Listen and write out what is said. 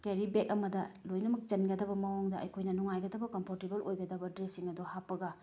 carry bag ꯑꯃꯗ ꯂꯣꯏꯅꯃꯛ ꯆꯟꯒꯗꯕ ꯃꯑꯣꯡꯗ ꯑꯩꯈꯣꯏꯅ ꯅꯨꯡꯉꯥꯏꯒꯗꯕ ꯀꯝꯐꯣꯔꯇꯦꯕꯜ ꯑꯣꯏꯒꯗꯕ ꯗ꯭ꯔꯦꯁꯁꯤꯡ ꯑꯗꯣ ꯍꯥꯞꯄꯒ